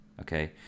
Okay